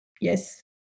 yes